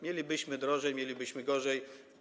Mielibyśmy drożej, mielibyśmy gorzej.